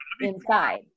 inside